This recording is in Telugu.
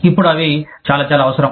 ఇప్పుడు అవి చాలా చాలా అవసరం